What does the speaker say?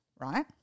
right